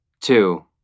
Two